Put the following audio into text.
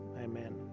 amen